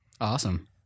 Awesome